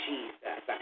Jesus